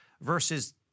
versus